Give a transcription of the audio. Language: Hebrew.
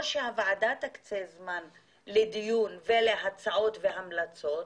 או שהוועדה תקצה זמן לדיון ולהצעות והמלצות,